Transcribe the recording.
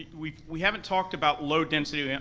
we we haven't talked about low-density